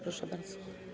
Proszę bardzo.